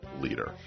leader